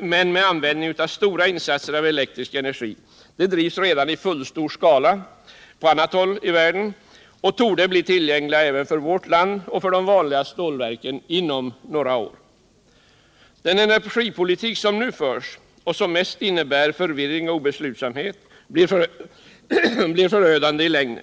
men med användning av stora insatser av elektrisk energi drivs redan i fullstor skala på annat håll i världen och torde bli tillgänglig även för vårt land för de vanliga stålverken inom några år. Den energipolitik som nu förs och som mest innebär förvirring och obeslutsamhet blir i längden förödande.